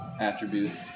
attributes